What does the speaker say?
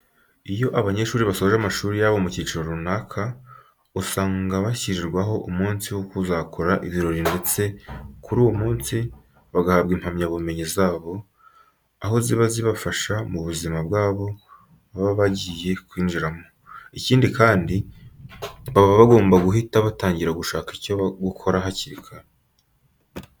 Iyo abanyeshuri basoje amashuri yabo mu kiciro runaka, usanga bashyirirwaho umunsi wo kuzakora ibirori ndetse kuri uwo munsi bagahabwa impamyabumenyi zabo, aho ziba zizabafasha mu buzima bwabo baba bagiye kwinjiramo. Ikindi kandi, baba bagomba guhita batangira gushaka icyo gukora hakiri kare.